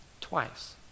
twice